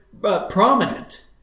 prominent